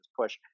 push